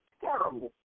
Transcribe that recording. terrible